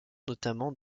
notamment